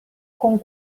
con